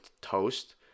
toast